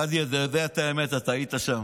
גדי, אתה יודע את האמת, אתה היית שם.